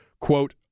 Quote